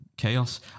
chaos